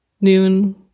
noon